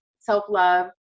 self-love